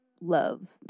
love